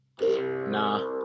Nah